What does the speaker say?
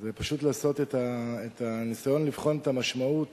זה פשוט לעשות את הניסיון לבחון את המשמעות